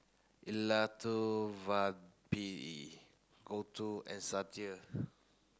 Elattuvalapil Gouthu and Sudhir